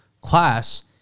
class